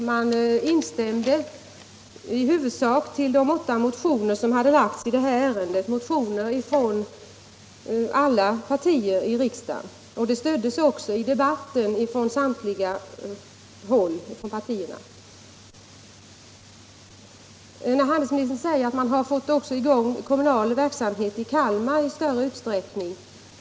Man instämde i huvudsak i yrkandena i de åtta motioner som hade framlagts i ärendet — motioner från alla partier i riksdagen. Dessa stöddes också av samtliga partier senare i debatten i kammaren. Handelsministern säger att man nu har fått i gång kommunal verksamhet i Kalmar i större utsträckning.